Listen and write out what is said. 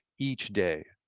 each day,